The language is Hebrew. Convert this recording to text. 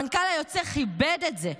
המנכ"ל היוצא כיבד את זה,